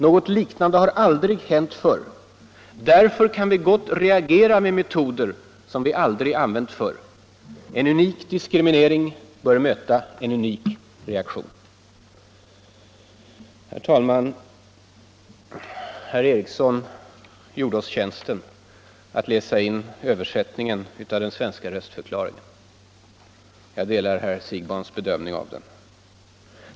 Något liknande har aldrig hänt förr. Därför kan vi gott reagera med metoder som vi aldrig använt förr. En unik diskriminering bör möta en unik reaktion. Herr Ericson i Örebro gjorde oss tjänsten att läsa in översättningen av den svenska röstförklaringen. Jag delar herr Siegbahns bedömning av den.